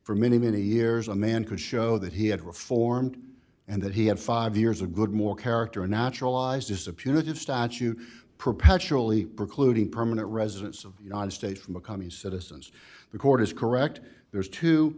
for many many years a man could show that he had reformed and that he had five years a good moral character and naturalized just a punitive statute perpetually precluding permanent residents of the united states from becoming citizens the court is correct there's two